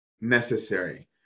necessary